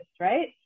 right